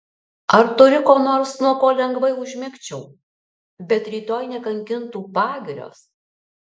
ar turi ko nors nuo ko lengvai užmigčiau bet rytoj nekankintų pagirios